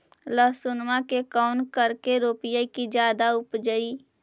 लहसूनमा के कैसे करके रोपीय की जादा उपजई?